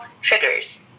triggers